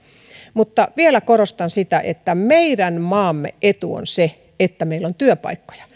mutta vielä korostan sitä että meidän maamme etu on se että meillä on työpaikkoja